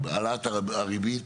העלאת הריבית.